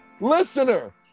listener